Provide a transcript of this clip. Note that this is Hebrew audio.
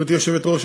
כבוד היושבת-ראש,